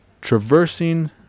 traversing